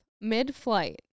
mid-flight